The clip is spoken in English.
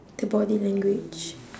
the body language